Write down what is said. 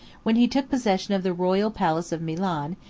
when he took possession of the royal palace of milan,